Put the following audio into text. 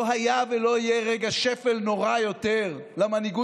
לא היה ולא יהיה רגע שפל נורא יותר למנהיגות